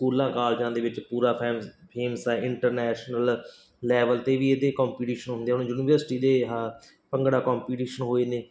ਸਕੂਲਾਂ ਕਾਲਜਾਂ ਦੇ ਵਿੱਚ ਪੂਰਾ ਫੈਮਸ ਫੀਮਸ ਹੈ ਇੰਟਰਨੈਸ਼ਨਲ ਲੈਵਲ 'ਤੇ ਵੀ ਇਹਦੇ ਕੰਪੀਟੀਸ਼ਨ ਹੁੰਦੇ ਹੁਣ ਯੂਨੀਵਰਸਿਟੀ ਦੇ ਭੰਗੜਾ ਕੰਪੀਟੀਸ਼ਨ ਹੋਏ ਨੇ